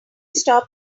stop